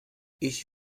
ich